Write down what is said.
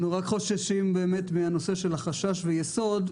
אנחנו רק חוששים בנושא של "חשש" ו"יסוד".